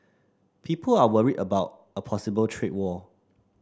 people are worried about a possible trade war